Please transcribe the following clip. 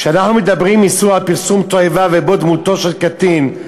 כשאנחנו מדברים על איסור פרסום תועבה ובו דמותו של קטין,